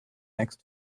next